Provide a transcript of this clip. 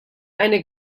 eine